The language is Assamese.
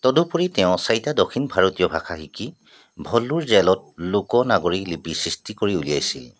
তদুপৰি তেওঁ চাৰিটা দক্ষিণ ভাৰতীয় ভাষা শিকি ভেল্লোৰ জেলত লোক নাগৰীৰ লিপি সৃষ্টি কৰি উলিয়াইছিল